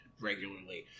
regularly